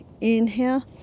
inhale